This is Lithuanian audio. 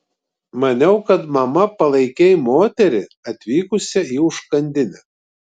maniau kad mama palaikei moterį atvykusią į užkandinę